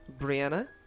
Brianna